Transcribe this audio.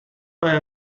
why